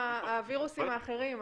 הווירוסים האחרים.